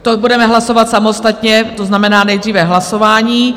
To budeme hlasovat samostatně, to znamená nejdříve hlasování.